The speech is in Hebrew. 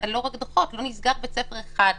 נסגר בית ספר אחד,